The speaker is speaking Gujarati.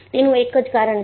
તેનું એક જ કારણ છે